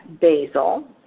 basil